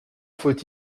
faut